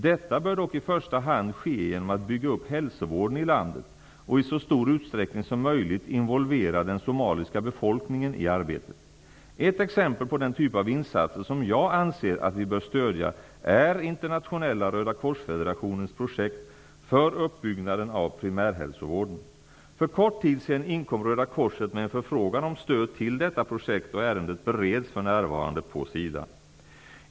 Detta bör dock i första hand ske genom att bygga upp hälsovården i landet och i så stor utsträckning som möjligt involvera den somaliska befolkningen i arbetet. Ett exempel på den typ av insatser som jag anser att vi bör stödja är Internationella rödakorsfederationens projekt för uppbyggnaden av primärhälsovården. För kort tid sedan inkom Röda korset med en förfrågan om stöd till detta projekt, och ärendet bereds för närvarande på SIDA.